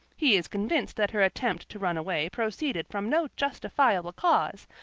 he is convinced that her attempt to run away proceeded from no, justifiable cause,